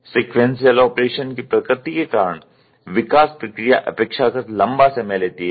sequential operation की प्रकृति के कारण विकास प्रक्रिया अपेक्षाकृत लम्बा समय लेती है